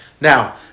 Now